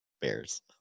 bears